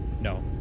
no